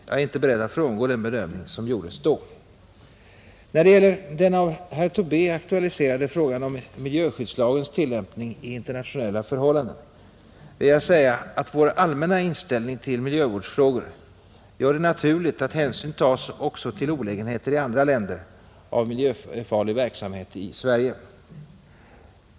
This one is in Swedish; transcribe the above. Jag är inte beredd att frångå den bedömning som gjordes då. När det gäller den av herr Tobé aktualiserade frågan om miljöskyddslagens tillämpning i internationella förhållanden vill jag säga att vår allmänna inställning till miljövårdsfrågor gör det naturligt att hänsyn tas också till olägenheter i andra länder av miljöfarlig verksamhet i Sverige.